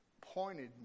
pointed